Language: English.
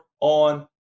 on